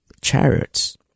Chariots